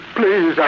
please